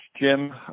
Jim